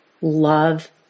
love